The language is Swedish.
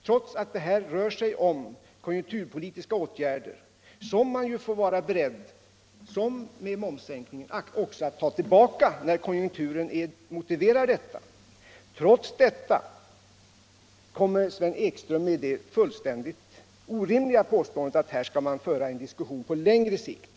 Trots att det här rör sig om konjunkturpolitiska åtgärder — som man får vara beredd att, som vid momssänkningen, också ta tillbaka när konjunkturen motiverar detta — kommer Sven Ekström med det fullständigt orimliga påståendet, att här skall man föra en diskussion på längre sikt.